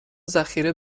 ذخیره